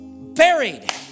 Buried